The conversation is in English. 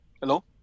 Hello